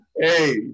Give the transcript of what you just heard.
Hey